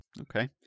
Okay